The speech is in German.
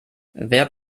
wer